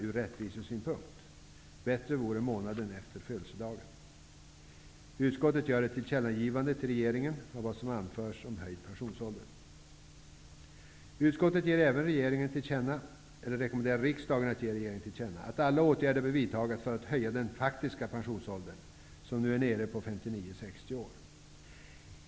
Det vore bättre med månaden efter födelsedagen. Utskottet önskar att riksdagen skall göra ett tillkännagivande till regeringen om vad som har anförts om höjd pensionsålder. Utskottet rekommenderar riksdagen att ge regeringen till känna att alla åtgärder bör vidtas för att höja den faktiska pensionsåldern, som nu är nere på 59--60 år.